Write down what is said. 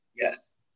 Yes